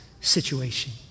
situation